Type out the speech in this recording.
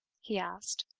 he asked,